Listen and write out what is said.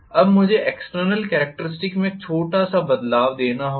अब मुझे external characteristics में एक छोटा बदलाव देना होगा